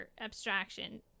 abstraction